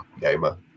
gamer